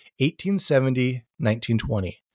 1870-1920